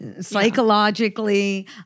psychologically